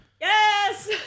Yes